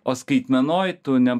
o skaitmenoj tu ne